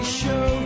show